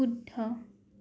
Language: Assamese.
শুদ্ধ